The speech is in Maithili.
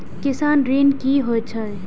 किसान ऋण की होय छल?